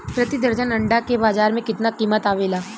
प्रति दर्जन अंडा के बाजार मे कितना कीमत आवेला?